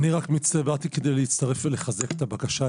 אני באתי כדי להצטרף ולחזק את הבקשה.